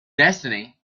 destiny